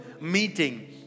meeting